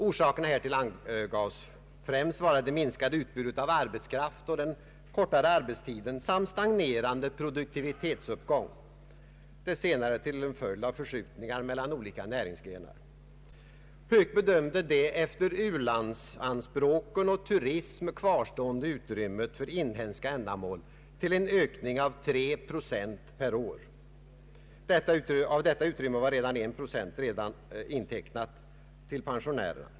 Orsakerna härtill angavs främst vara det minskade utbudet av arbetskraft och den kortare arbetstiden samt stagnerande produktivitetsuppgång — det senare till följd av förskjutningar mellan olika näringsgrenar. Höök bedömde det efter u-landsanspråken och turism kvarstående utrymmet för inhemska ändamål till en ökning av 3 procent per år. Av detta utrymme var redan 1 procent intecknat till pensionärerna.